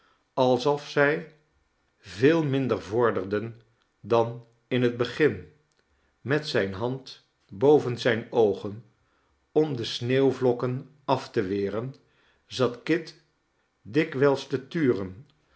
alsof zij veel minder vorderden dan in het begin met zijne hand boven zijne oogen om de sneeuwvlokken af te weren zat kit dikwijls te turen